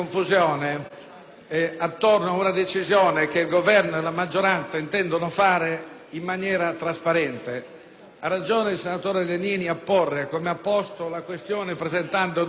attorno ad una decisione che il Governo e la maggioranza intendono assumere in maniera trasparente. Ha ragione il senatore Legnini a porre, come ha fatto, la questione presentando due emendamenti.